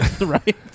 Right